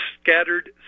scattered